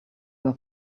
your